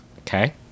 Okay